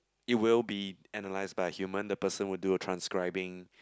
it will be analysed by a human the person would do a transcribing